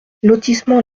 lotissement